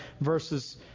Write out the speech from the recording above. verses